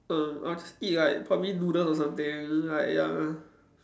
err I'll just eat like probably noodle or something like ya